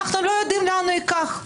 לא יודעים לאן ייקח.